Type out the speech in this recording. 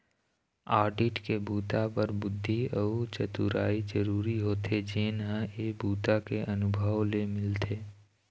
audit के बूता बर बुद्धि अउ चतुरई जरूरी होथे जेन ह ए बूता के अनुभव ले मिलथे